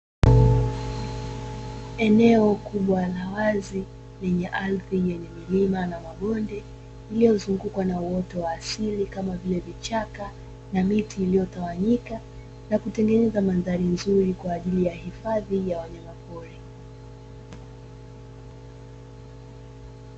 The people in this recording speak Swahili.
Eneo kubwa la wazi lenye ardhi yenye milima na mabonde iliyozungukwa na uoto wa asili kama vile vichaka na miti, iliyotawanyika na kutengeneza mandhari nzuri kwa ajili ya hifadhi ya wanyama pori.